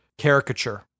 caricature